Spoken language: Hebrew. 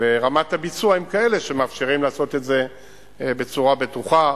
ורמת הביצוע הם כאלה שמאפשרים לעשות את זה בצורה בטוחה,